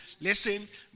Listen